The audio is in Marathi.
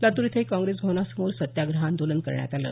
लातूर इथंही काँग्रेस भवनासमोर सत्याग्रह आंदोलन करण्यात आलं